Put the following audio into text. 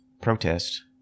protest